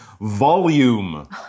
volume